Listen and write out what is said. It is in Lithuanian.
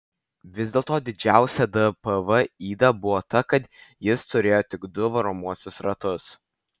vis dėl to didžiausia dpv yda buvo ta kad jis turėjo tik du varomuosius ratus